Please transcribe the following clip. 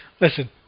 Listen